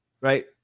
right